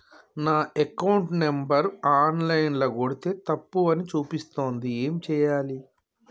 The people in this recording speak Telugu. నా అకౌంట్ నంబర్ ఆన్ లైన్ ల కొడ్తే తప్పు అని చూపిస్తాంది ఏం చేయాలి?